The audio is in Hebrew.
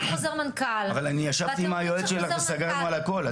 על חוזר מנכ"ל -- אבל אני ישבתי עם היועץ שלך וסגרנו על הכול,